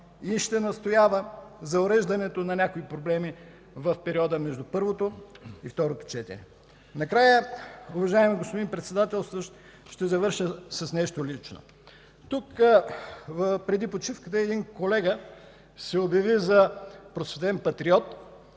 и ще настоява за уреждането на някои проблеми в периода между първото и второто четене. Накрая, уважаеми господин Председателстващ, ще завърша с нещо лично. Тук преди почивката един колега се обяви за просветен патриот